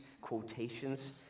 quotations